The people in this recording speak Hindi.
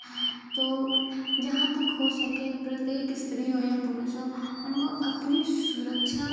तो जहाँ तक हो सके प्रत्येक स्त्री हो या पुरुष हो उनको अपनी सुरक्षा